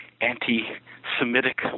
anti-Semitic